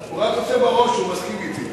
הוא רק עושה בראש שהוא מסכים אתי.